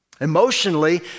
Emotionally